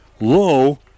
low